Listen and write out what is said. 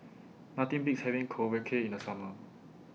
Nothing Beats having Korokke in The Summer